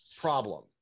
problem